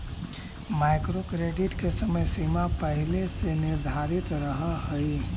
micro credit के समय सीमा पहिले से निर्धारित रहऽ हई